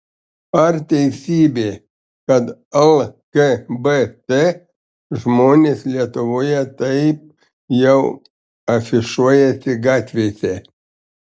ar teisybė kad lgbt žmonės lietuvoje taip jau afišuojasi gatvėse